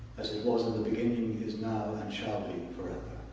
as it was in the beginning, is now, and shall be forever,